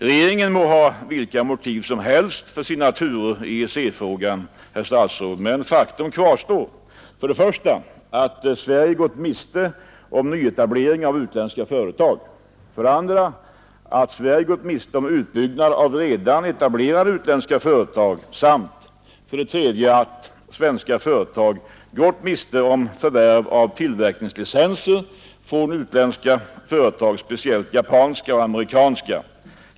Regeringen må ha vilka motiv som helst för sina turer i EEC-frågan, herr statsråd, men fakta kvarstår: 1. att Sverige gått miste om nyetablering av utländska företag; 2. att Sverige gått miste om utbyggnad av redan etablerade utländska företag; samt 3. att svenska företag gått miste om förvärv av tillverkningslicenser från utländska företag, speciellt japanska och amerikanska.